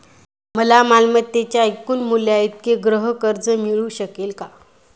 मला मालमत्तेच्या एकूण मूल्याइतके गृहकर्ज मिळू शकेल का?